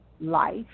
life